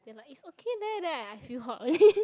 they like it's okay leh then I feel hot only